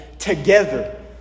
together